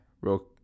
real